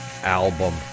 album